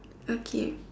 okay